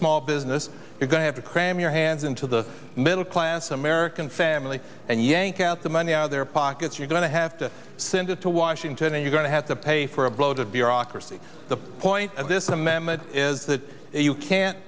small business you're going to have to cram your hands into the middle class american family and yank out the money out of their pockets you're going to have to send it to washington and you're going to have to pay for a bloated bureaucracy the point of this amendment is that you can't